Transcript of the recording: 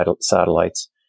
satellites